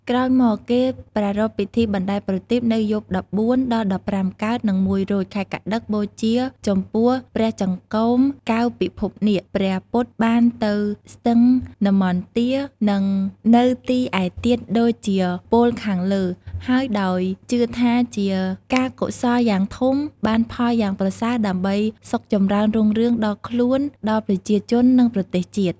ក្រោយមកគេប្រារព្ធពិធីបណ្ដែតប្រទីបនៅយប់ ១៤ ដល់ ១៥កើត និង ១រោច ខែកត្តិក បូជាចំពោះព្រះចង្កូមកែវពិភពនាគ ព្រះពុទ្ធបានទៅស្ទឹងនម្មទា និងនៅទីឯទៀតដូចជាពោលខាងលើហើយដោយជឿថាជាការកុសលយ៉ាងធំបានផលយ៉ាងប្រសើរដើម្បីសុខចំរើនរុងរឿងដល់ខ្លួនដល់ប្រជាជន និងប្រទេសជាតិ។